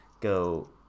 go